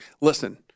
Listen